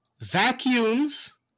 vacuums